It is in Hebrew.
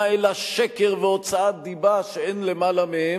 אלא שקר והוצאת דיבה שאין למעלה מהם,